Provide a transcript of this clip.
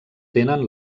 tenen